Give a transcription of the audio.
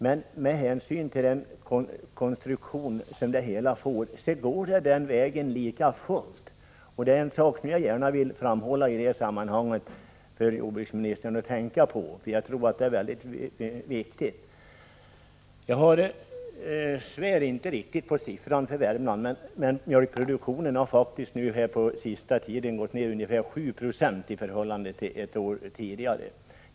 Men med hänsyn till den konstruktion som det hela får, går det likväl den vägen. Jag vill i detta sammanhang framhålla en sak som jordbruksministern bör tänka på, eftersom den är viktig. Jag kan inte riktigt svära på den siffran, men produktionen i Värmland har faktiskt gått ned med 7 96 i förhållande till förra året.